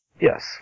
Yes